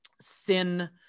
sin